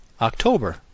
October